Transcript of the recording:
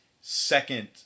second